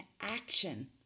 action